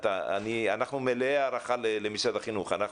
אנחנו מלאי הערכה למשרד החינוך,